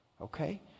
Okay